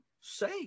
say